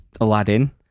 Aladdin